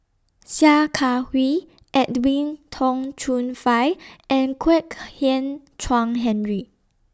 Sia Kah Hui Edwin Tong Chun Fai and Kwek Hian Chuan Henry